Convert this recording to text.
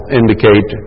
indicate